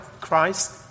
Christ